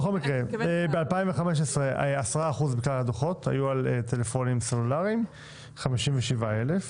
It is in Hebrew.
ב-2015 ניתנו 10 אחוזים מכלל הדוחות על טלפונים סלולריים - 57 אלף.